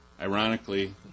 Ironically